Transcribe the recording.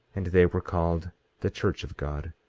and they were called the church of god,